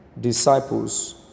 disciples